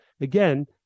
again